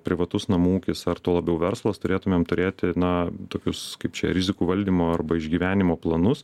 privatus namų ūkis ar tuo labiau verslas turėtumėm turėti na tokius kaip čia rizikų valdymo arba išgyvenimo planus